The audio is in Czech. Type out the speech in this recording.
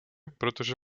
protože